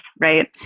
Right